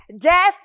death